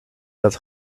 that